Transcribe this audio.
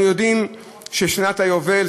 אנחנו יודעים ששנת היובל,